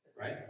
right